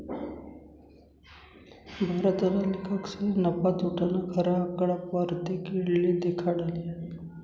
भारतना लेखकसले नफा, तोटाना खरा आकडा परतेक येळले देखाडाले जोयजे